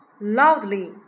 loudly